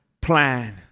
plan